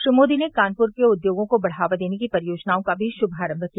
श्री मोदी ने कानपुर के उद्योगों को बढ़ावा देने की परियोजनाओं का भी शुभारम्भ किया